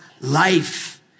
life